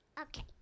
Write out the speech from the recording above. Okay